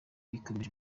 ikomeje